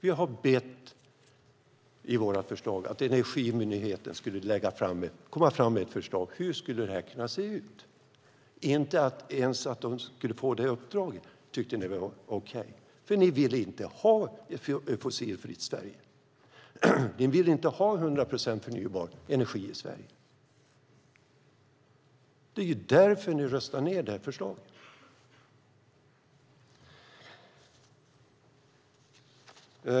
I våra förslag har vi bett att Energimyndigheten skulle komma med ett förslag på hur det här skulle kunna se ut. Men ni tyckte inte ens att det var okej att de skulle få det uppdraget. Ni vill nämligen inte ha ett fossilfritt Sverige. Ni vill inte ha 100 procent förnybar energi i Sverige. Det är därför ni röstar ned detta förslag.